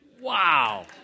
Wow